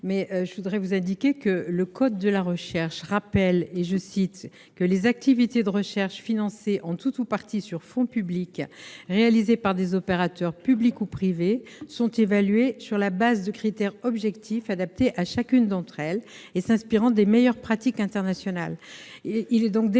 je vous rappelle que le code de la recherche dispose que « les activités de recherche financées en tout ou partie sur fonds publics, réalisées par des opérateurs publics ou privés, sont évaluées sur la base de critères objectifs adaptés à chacune d'entre elles et s'inspirant des meilleures pratiques internationales.